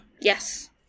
Yes